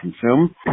consume